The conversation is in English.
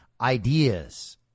ideas